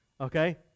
Okay